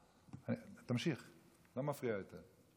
תמשיך, לא מפריע יותר.